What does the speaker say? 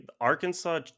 Arkansas